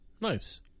Nice